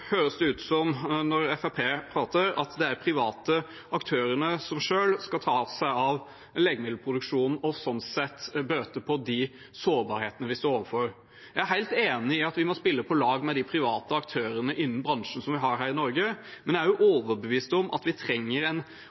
høres det ut som om det er de private aktørene som selv skal ta seg av legemiddelproduksjonen og slik sett bøte på de sårbarhetene vi står overfor. Jeg er helt enig i at vi må spille på lag med de private aktørene innen bransjen som vi har her i Norge, men jeg er også overbevist om at vi trenger en